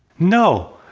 no.